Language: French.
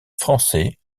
français